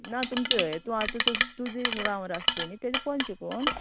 ना तुमचो येतून तूं तूं आता तुजे गांव लागता पय न्ही तेजो पंच कोण